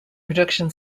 production